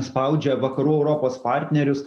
spaudžia vakarų europos partnerius